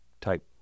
type